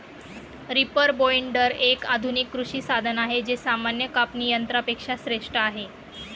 reaper binder, एक आधुनिक कृषी साधन आहे जे सामान्य कापणी यंत्रा पेक्षा श्रेष्ठ आहे